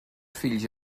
fills